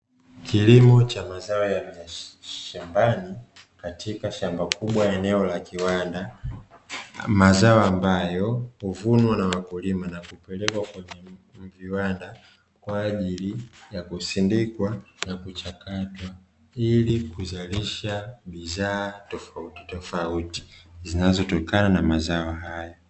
Kilimo cha mazao ya shambani katika shamba kubwa eneo la kiwanda . Mazao ambayo huvunwa na wakulima na kupelekwa kwenye viwanda kwa ajili ya kusindikwa na kuchakatwa, ili kuzalisha bidhaa tofauti tofauti zinazotokana na mazao haya.